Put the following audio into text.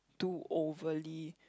too overly